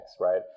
right